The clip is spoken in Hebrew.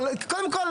אבל קודם כל,